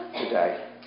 today